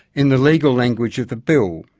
in the legal language of the bill,